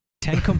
Ten